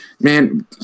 man